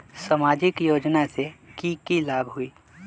सामाजिक योजना से की की लाभ होई?